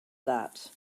that